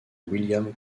william